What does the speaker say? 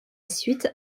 suite